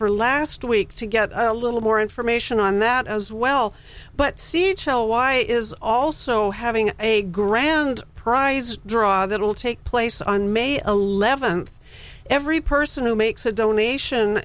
for last week to get a little more information on that as well but c h l why is also having a grand prize draw that will take place on may eleventh every person who makes a donation